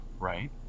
right